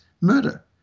murder